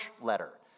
letter